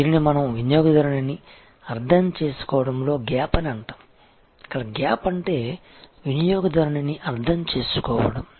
దీనిని మనం వినియోగదారునిని అర్థం చేసుకోవడంలో గ్యాప్ అని అంటాము ఇక్కడ గ్యాప్ అంటే వినియోగదారునిని అర్థం చేసుకోవడం